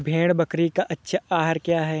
भेड़ बकरी का अच्छा आहार क्या है?